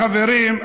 חברים,